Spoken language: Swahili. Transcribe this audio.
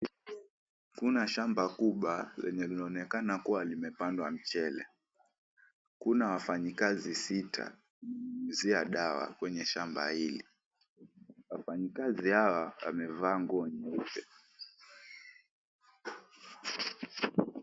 Kuna shamba kubwa lenye linaonekana kuwa limepandwa mchele. Kuna wafanyikazi sita wananyunyuzia dawa kwenye shamba hili. Wafanyikazi hawa wamevaa nguo nyeupe.